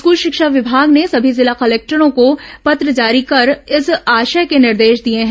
school शिक्षा विभाग ने सभी जिला कलेक्टरों को पत्र जारी कर इस आशय के निर्देश दिए हैं